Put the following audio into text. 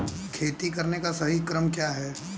खेती करने का सही क्रम क्या है?